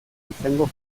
izango